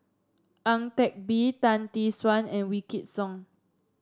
Ang Teck Bee Tan Tee Suan and Wykidd Song